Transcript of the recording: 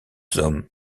hommes